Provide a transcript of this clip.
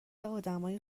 آدمهای